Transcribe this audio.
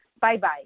Bye-bye